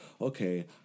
okay